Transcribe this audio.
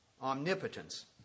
Omnipotence